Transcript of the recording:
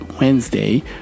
Wednesday